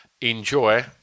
enjoy